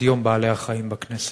את יום בעלי-החיים בכנסת.